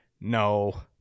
no